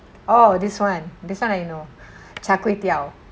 oh this one this one I know char kway teow